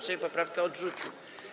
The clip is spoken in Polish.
Sejm poprawkę odrzucił.